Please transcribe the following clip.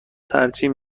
ترجیح